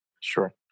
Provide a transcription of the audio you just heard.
Sure